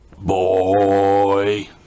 boy